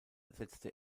setzte